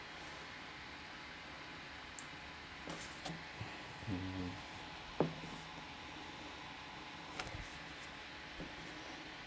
um